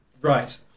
Right